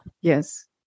Yes